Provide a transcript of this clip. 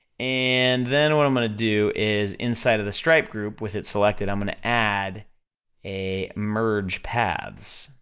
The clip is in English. and then what i'm gonna do is, inside of the stripe group with it selected, i'm gonna add a merge paths,